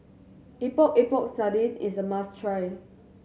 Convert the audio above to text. Epok Epok Sardin is a must try